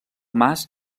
mas